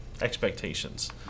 expectations